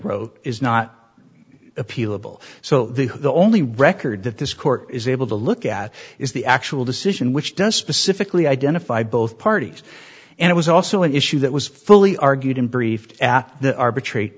wrote is not appealable so the only record that this court is able to look at is the actual decision which does specifically identify both parties and it was also an issue that was fully argued and briefed at the arbitra